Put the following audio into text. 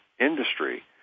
industry